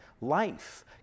life